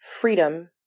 freedom